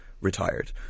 retired